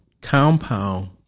compound